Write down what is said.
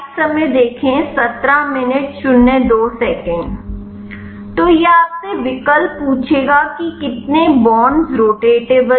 तो यह आपसे विकल्प पूछेगा कि कितने बॉन्ड रोटेटेबल हैं